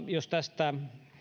jos tästä